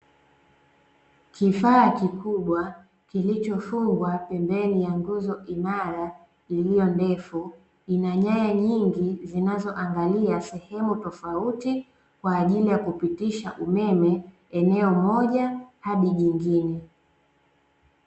Kifaa kikubwa kilichofungwa pembeni ya nguzo imara iliyo ndefu, ina nyaya nyingi zinazoangalia sehemu tofauti kwa ajili ya kupitisha umeme eneo moja hadi jingine.